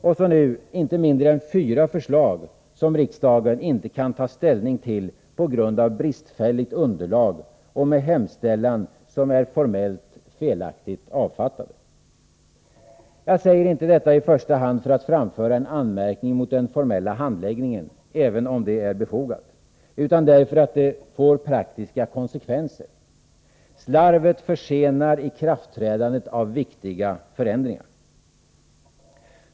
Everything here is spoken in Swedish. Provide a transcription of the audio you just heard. Och så nu inte mindre än fyra förslag som riksdagen inte kan ta ställning till på grund av bristfälligt underlag och med en hemställan som formellt är felaktigt avfattad. Jag säger inte detta i första hand för att framföra en anmärkning mot den formella handläggningen, även om det är befogat, utan därför att det får praktiska konsekvenser. Slarvet försenar ikraftträdandet av viktiga förändringar.